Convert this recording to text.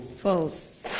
False